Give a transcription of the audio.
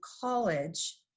college